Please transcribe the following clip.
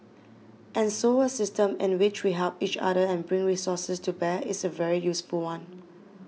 and so a system in which we help each other and bring resources to bear is a very useful one